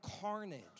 carnage